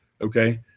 Okay